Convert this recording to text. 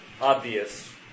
obvious